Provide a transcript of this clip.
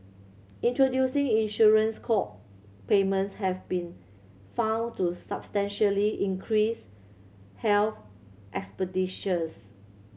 introducing insurance co payments have been found to substantially decrease health expenditures